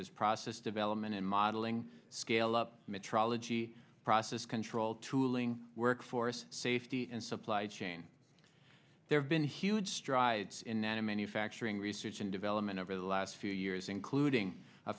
as process development in modeling scale up metrology process control tooling workforce safety and supply chain there have been huge strides in nana manufacturing research and development over the last few years including a